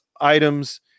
items